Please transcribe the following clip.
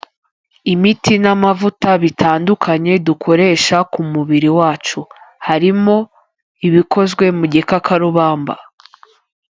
Imiti n'amavuta bitandukanye dukoresha ku mubiri wacu. Harimo ibikozwe mu gikakarubamba.